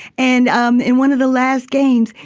and um in one of the last games,